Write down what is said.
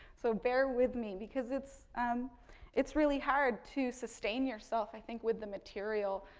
so bear with me because it's um it's really hard to sustain yourself, i think, with the material.